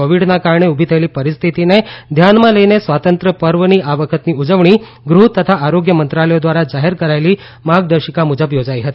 કોવિડના કારણે ઉભી થયેલી પરિસ્થિતિને ધ્યાનમાં લઇને સ્વાતંત્યપર્વની આ વખતની ઉજવણી ગૃહ તથા આરોગ્ય મંત્રાલયો ધ્વારા જાહેર કરાયેલી માર્ગદર્શિકા મુજબ યોજાઇ હતી